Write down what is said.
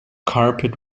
carpet